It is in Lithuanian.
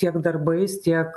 tiek darbais tiek